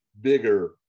bigger